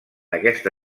aquesta